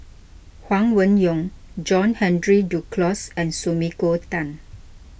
Huang Wenhong John Henry Duclos and Sumiko Tan